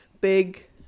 big